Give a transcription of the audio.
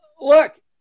look